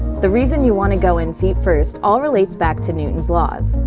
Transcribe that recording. the reason you want to go in feet first all relates back to newton's laws.